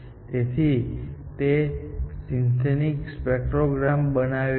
તેથી તે synthetic spectrogram બનાવે છે